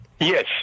yes